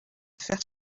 faire